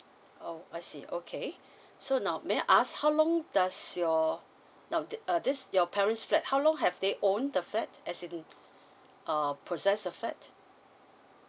oh I see okay so now may I ask how long does your now this your parents flat how long have they owned the flat as in um process the flat